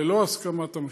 ללא הסכמת המשחטות.